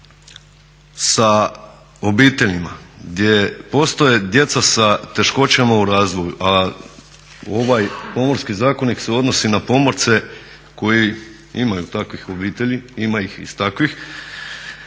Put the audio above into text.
sa obiteljima gdje postoje djeca sa teškoćama u razvoju, a ovaj Pomorski zakonik se odnosi na pomorce koji imaju takvih obitelji, ima ih i takvih